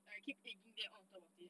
and I keep edging them to talk about it